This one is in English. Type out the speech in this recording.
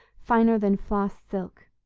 finer than floss silk.